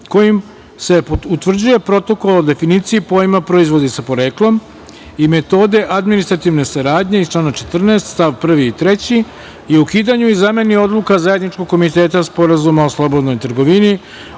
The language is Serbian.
kojim se utvrđuje Protokol o definiciji pojma „proizvodi sa poreklom“ i metode administrativne saradnje iz člana 14. st 1. i 3. i ukidanju i zameni Odluka Zajedničkog komiteta Sporazuma o slobodnoj trgovini